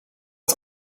het